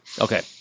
okay